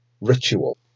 ritual